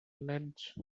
ledge